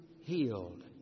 healed